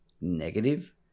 negative